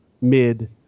mid